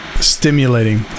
stimulating